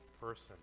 person